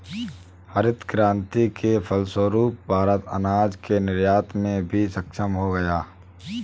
हरित क्रांति के फलस्वरूप भारत अनाज के निर्यात में भी सक्षम हो गया